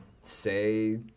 say